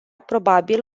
probabil